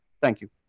thank you.